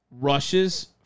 rushes